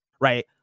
right